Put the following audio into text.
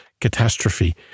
catastrophe